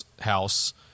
house